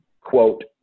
quote